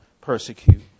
persecute